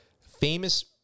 famous